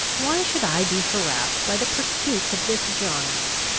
why should i be harassed by the pursuits of this gines?